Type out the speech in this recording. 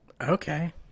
Okay